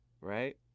Right